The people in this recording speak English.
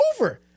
over